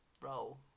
Roll